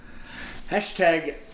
hashtag